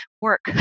work